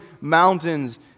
mountains